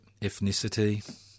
ethnicity